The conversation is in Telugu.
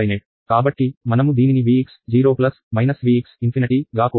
కాబట్టి మనము దీనిని Vx0 Vx∞ గా కూడా వ్రాయగలము